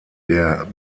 der